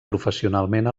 professionalment